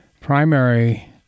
primary